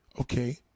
Okay